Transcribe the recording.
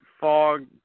fog